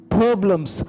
problems